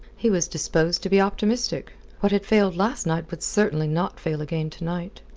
he was disposed to be optimistic. what had failed last night would certainly not fail again to-night.